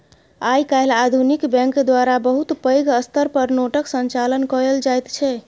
आइ काल्हि आधुनिक बैंक द्वारा बहुत पैघ स्तर पर नोटक संचालन कएल जाइत छै